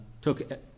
took